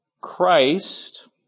Christ